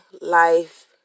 life